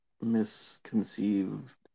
misconceived